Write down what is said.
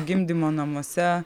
gimdymo namuose